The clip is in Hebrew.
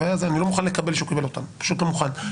אני לא מוכן לקבל שהוא קיבל אותם, פשוט לא מוכן.